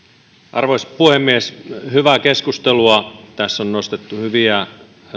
arvoisa puhemies hyvää keskustelua tässä on nostettu esille hyviä